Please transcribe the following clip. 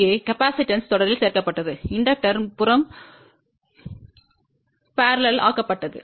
இங்கே மின்தேக்கி தொடரில் சேர்க்கப்பட்டது இண்டக்டரின் புறம் இணைக்கப்பட்டது